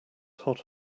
hot